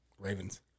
Ravens